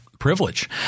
privilege